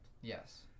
Yes